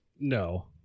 No